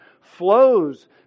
flows